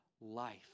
life